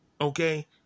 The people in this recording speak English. okay